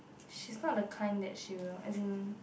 she's not the kind that she will as in